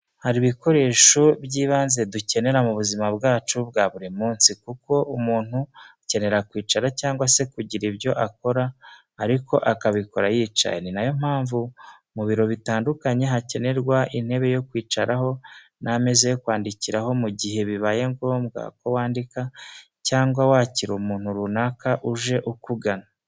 Hari ibikoresho by'ibanze dukenera mu buzima bwacu bwa buri munsi kuko umuntu akenera kwicara cyangwa se kugira ibyo akora ariko akabikora yicaye. Ni na yo mpamvu mu biro bitandukanye hakenerwa intebe yo kwicaraho n'ameza yo kwandikiraho mu gihe bibaye ngombwa ko wandika cyangwa wakira umuntu runaka uje ukugana.